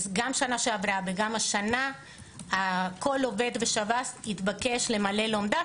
אז גם בשנה שעברה וגם השנה כל עובד בשב"ס התבקש למלא לומדה,